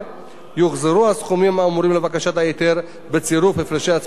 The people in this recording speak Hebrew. יוחזרו הסכומים האמורים למבקש ההיתר בצירוף הפרשי הצמדה וריבית.